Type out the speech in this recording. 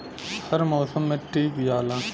हर मउसम मे टीक जाला